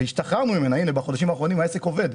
השתחררנו ממנה, בחודשים האחרונים העסק עובד.